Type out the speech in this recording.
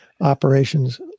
operations